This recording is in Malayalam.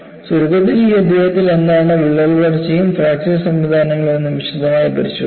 ചുരുക്കത്തിൽ ഈ അധ്യായത്തിൽ എന്താണ് വിള്ളൽ വളർച്ചയും ഫ്രാക്ചർ സംവിധാനങ്ങളും എന്ന് വിശദമായി പരിശോധിച്ചു